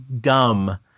dumb